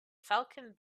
falcon